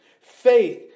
Faith